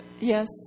yes